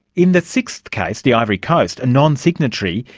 in the sixth case, the ivory coast, a non-signatory,